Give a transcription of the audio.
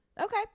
okay